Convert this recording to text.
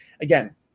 again